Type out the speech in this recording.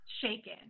shaken